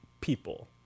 people